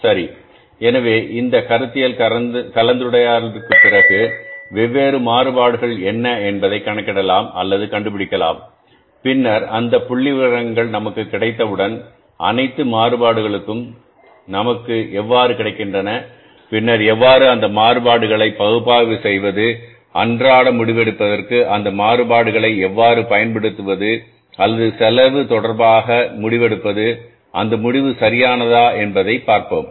சரி எனவே இந்த கருத்தியல் கலந்துரையாடலுக்குப் பிறகு வெவ்வேறு மாறுபாடுகள் என்ன என்பதைக் கணக்கிடலாம் அல்லது கண்டுபிடிக்கலாம் பின்னர் அந்த புள்ளிவிவரங்கள் நமக்கு கிடைத்தவுடன் அனைத்து மாறுபாடுகளும் நமக்கு எவ்வாறு கிடைக்கின்றன பின்னர் எவ்வாறு அந்த மாறுபாடுகளை பகுப்பாய்வு செய்வது அன்றாட முடிவெடுப்பதற்கு அந்த மாறுபாடுகளை எவ்வாறு பயன்படுத்துவது அல்லது செலவு தொடர்பாக முடிவெடுப்பது அந்த முடிவு சரியானதா என்பதை பார்ப்போம்